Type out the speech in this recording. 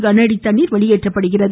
கனஅடி தண்ணா வெளியேற்றப்படுகிறது